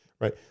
Right